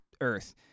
Earth